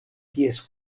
ties